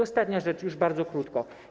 Ostatnia rzecz, już bardzo krótko.